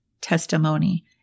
testimony